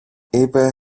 είπε